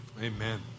Amen